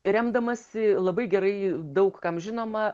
remdamasi labai gerai daug kam žinoma